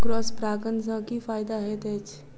Cross परागण सँ की फायदा हएत अछि?